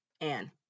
Anne